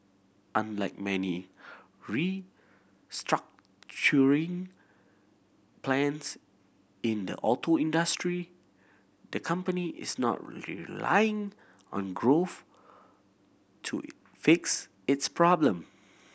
unlike many restructuring plans in the auto industry the company is not relying on growth to fix its problem